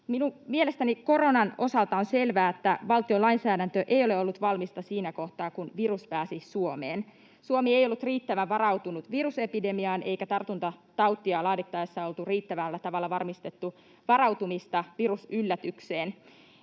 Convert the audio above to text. Mielestäni koronan osalta on selvää, että valtion lainsäädäntö ei ole ollut valmista siinä kohtaa, kun virus pääsi Suomeen. Suomi ei ollut riittävän varautunut virusepidemiaan, eikä tartuntatautia laadittaessa oltu riittävällä tavalla varmistettu varautumista virusyllätykseen.